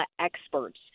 Experts